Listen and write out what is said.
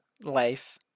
life